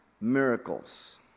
miracles